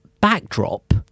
backdrop